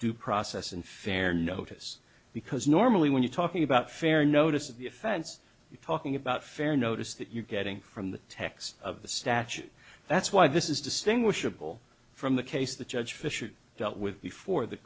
due process and fair notice because normally when you're talking about fair notice of the offense you're talking about fair notice that you're getting from the text of the statute that's why this is distinguishable from the case the judge fisher dealt with before the